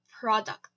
product